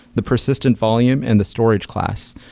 the persistent volume and the storage class.